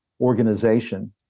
organization